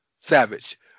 Savage